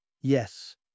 yes